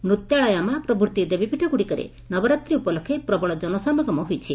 ମୃତ୍ୟାଳାୟମା ପ୍ରଭୂତି ଦେବୀପୀଠଗୁଡ଼ିକରେ ନବରାତ୍ରି ଉପଲକ୍ଷେ ପ୍ରବଳ ଜନସମାଗମ ହୋଇଛି